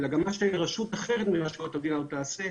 אלא גם מה שרשות אחרת מרשויות המדינה לא תעשה,